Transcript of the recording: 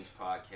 Podcast